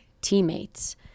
teammates